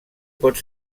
pot